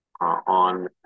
on